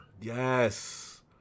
Yes